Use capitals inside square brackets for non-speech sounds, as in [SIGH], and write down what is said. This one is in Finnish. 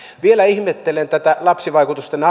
vielä ihmettelen tätä lapsivaikutusten [UNINTELLIGIBLE]